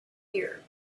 here